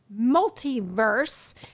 multiverse